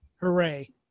Hooray